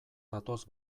datoz